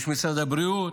יש משרד הבריאות.